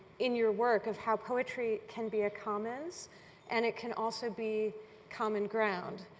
in your work of how poetry can be a commons and it can also be common ground.